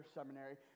seminary